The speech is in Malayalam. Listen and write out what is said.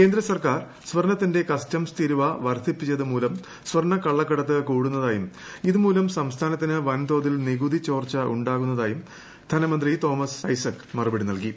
കേന്ദ്ര സർക്കാർ സ്വർണത്തിന്റെ കസ്റ്റംസ് തീരുവ വർദ്ധിപ്പിച്ചതു മൂലം സ്വർണക്കള്ളക്കടത്ത് കൂടുന്നതായും ഇതുമൂലം സംസ്ഥാനത്തിനു വൻതോതിൽ നികുതി ചോർച്ച ഉാകുന്നതായും ധനമന്ത്രി തോമസ് ഐസക് മറുപടി നൽകി